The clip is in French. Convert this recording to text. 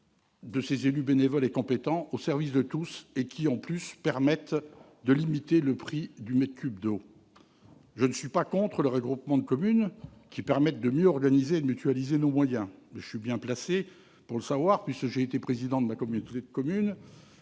de ces élus bénévoles, qui se mettent au service de tous et qui, de surcroît, permettent de limiter le prix du mètre cube d'eau. Je ne suis pas opposé aux regroupements de communes qui permettent de mieux organiser et de mutualiser nos moyens ; je suis bien placé pour le savoir, puisque j'ai été président de ma communauté de communes